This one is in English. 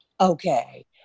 Okay